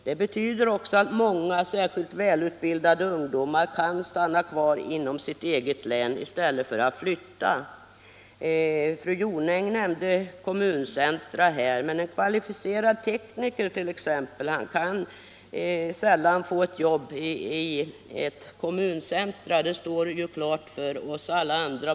Det betyder också att många, särskilt välutbildade ungdomar, kan stanna kvar inom sitt eget län i stället för att flytta. Fru Jonäng nämnde kommuncentra. Men en kvalificerad tekniker t.ex. kan sällan få ett jobb i ett kommuncentrum. Det står klart för oss alla andra.